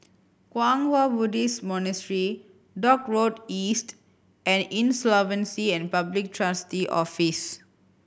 Kwang Hua Buddhist Monastery Dock Road East and Insolvency and Public Trustee Office